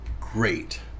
great